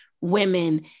women